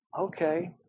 okay